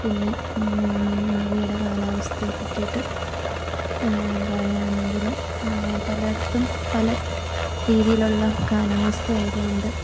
പിന്നെ ഇന്ത്യയുടെ കാലാവസ്ഥയെപ്പറ്റിയിട്ട് പറയാണെങ്കില് പലയിടത്തും പല രീതിയിലുള്ള കാലാവസ്ഥയായതുകൊണ്ട്